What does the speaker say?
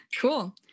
Cool